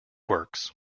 works